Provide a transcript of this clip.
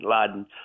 Laden